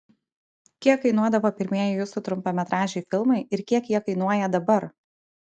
kiek kainuodavo pirmieji jūsų trumpametražiai filmai ir kiek jie kainuoja dabar